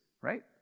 right